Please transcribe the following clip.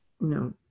no